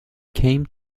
came